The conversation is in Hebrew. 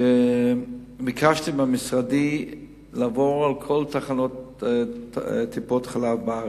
שביקשתי ממשרדי לעבור על כל תחנות טיפות-החלב בארץ,